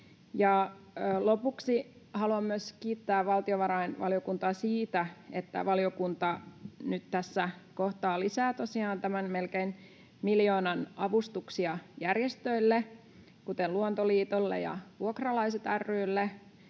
Lopuksi haluan myös kiittää valtiovarainvaliokuntaa siitä, että valiokunta nyt tässä kohtaa tosiaan lisää melkein miljoonan avustuksia järjestöille, kuten Luonto-Liitolle ja Vuokralaiset